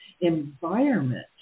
environment